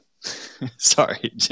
Sorry